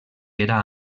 era